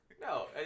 No